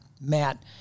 Matt